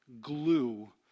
glue